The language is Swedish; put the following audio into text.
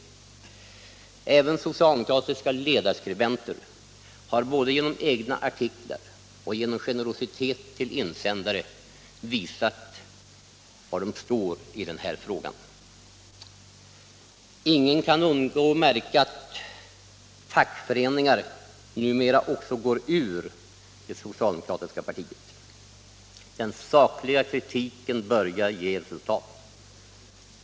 Också socialdemokratiska ledarskribenter har både genom egna artiklar och genom generositet när det gällt insändare visat var de står i den här frågan. Ingen kan undgå att märka att fackföreningar numera också går ur det socialdemokratiska partiet. Den sakliga kritiken börjar ge resultat.